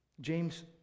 James